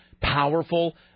powerful